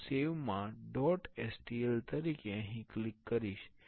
હું સેવ માં dot stl તરીકે અહીં ક્લિક કરીશ